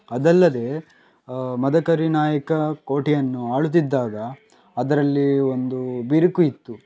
ಅದಲ್ಲದೆ ಮದಕರಿ ನಾಯಕ ಕೋಟೆಯನ್ನು ಆಳುತ್ತಿದ್ದಾಗ ಅದರಲ್ಲಿ ಒಂದು ಬಿರುಕು ಇತ್ತು